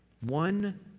One